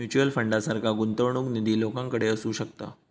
mutual फंडासारखा गुंतवणूक निधी लोकांकडे असू शकता